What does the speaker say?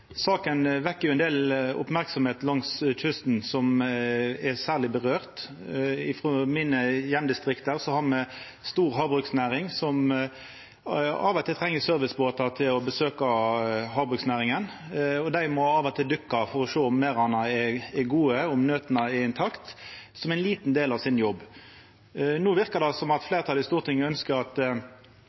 Saka vekkjer ein del merksemd langs kysten, som det særleg angår. I mitt heimdistrikt har me ei stor havbruksnæring som av og til treng besøk av servicebåtar. Dei må av og til dykka for å sjå om merdane er gode og nøtene intakte, som ein liten del av jobben sin. No verkar det som om fleirtalet på Stortinget ønskjer at